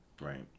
Right